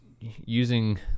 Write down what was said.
using